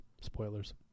spoilers